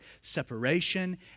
separation